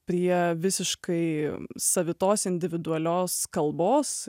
prie visiškai savitos individualios kalbos